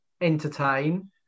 entertain